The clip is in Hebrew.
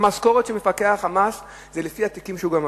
והמשכורת של מפקח המס היא לפי התיקים שהוא גמר.